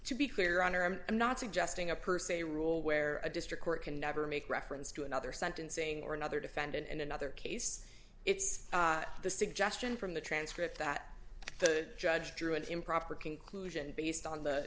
to be clear on or i'm not suggesting a per se rule where a district court can never make reference to another sentencing or another defendant in another case it's the suggestion from the transcript that the judge drew an improper conclusion based on the